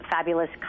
fabulous